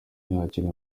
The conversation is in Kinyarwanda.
yakiriye